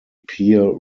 peer